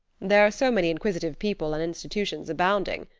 there are so many inquisitive people and institutions abounding,